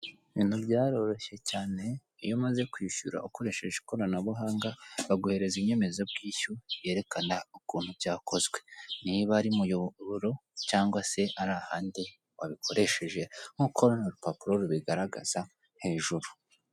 Ibintu byaroroshye cyane, iyo umaze kwishyura ukoresheje ikoranabuhanga baguhereza inyemezabwishyu yerekana ukuntu byakozwe. Niba ari umuyoboro cyangwa se ari ahandi wabikoresheje nk'uko runo rupapuro rubigaragaza hejuru.